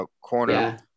Corner